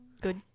Good